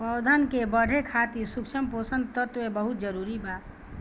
पौधन के बढ़े खातिर सूक्ष्म पोषक तत्व बहुत जरूरी बा